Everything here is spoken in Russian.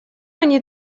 они